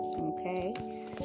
Okay